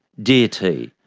dear t.